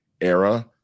era